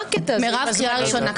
מה הקטע הזה של הזמנים?